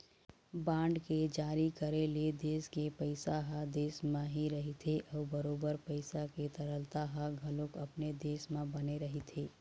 bond के जारी करे ले देश के पइसा ह देश म ही रहिथे अउ बरोबर पइसा के तरलता ह घलोक अपने देश म बने रहिथे